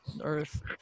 Earth